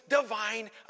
divine